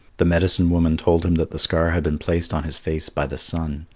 the medicine-woman told him that the scar had been placed on his face by the sun,